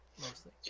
mostly